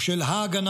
או של ה-הגנה,